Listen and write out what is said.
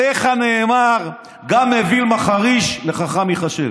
עליך נאמר: "גם אויל מחריש חכם יחשב".